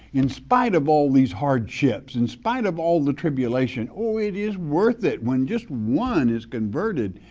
in spite of all these hardships, in spite of all the tribulation, oh, it is worth it when just one is converted,